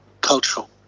Cultural